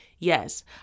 Yes